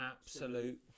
Absolute